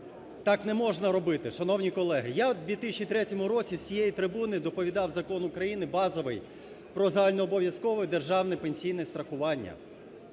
так не можна робити, шановні колеги. Я у 2003 році з цієї трибуни доповідав Закон України (базовий) "Про загальнообов'язкове державне пенсійне страхування".